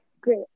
great